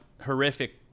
horrific